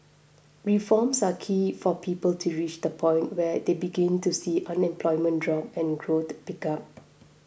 reforms are key for people to reach the point where they begin to see unemployment drop and growth pick up